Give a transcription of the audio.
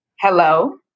Hello